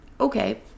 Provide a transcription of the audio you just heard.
okay